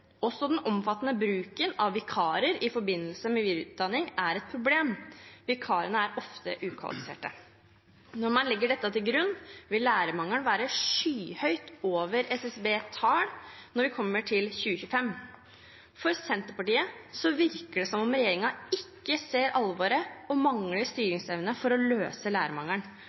Også den omfattende bruken av vikarer i forbindelse med videreutdanning er et problem. Vikarene er ofte ukvalifiserte. Når man legger dette til grunn, vil lærermangelen være skyhøyt over SSBs tall når vi kommer til 2025. For Senterpartiet virker det som om regjeringen ikke ser alvoret og mangler styringsevne for å løse lærermangelen.